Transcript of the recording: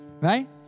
Right